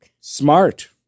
Smart